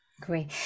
Great